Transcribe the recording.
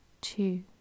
two